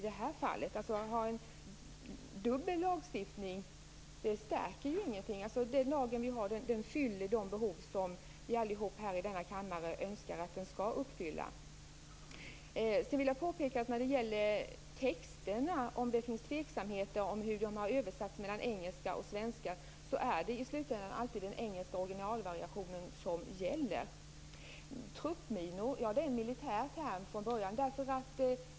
Att ha en dubbel lagstiftning stärker ingenting. Den lag vi har fyller det behov vi allihop i denna kammare önskar att den skall fylla. När det gäller texterna och om det finns tveksamheter i hur de har översatts mellan engelska och svenska är det i slutändan alltid den engelska orginalvarianten som gäller. Truppminor är en militär term från början.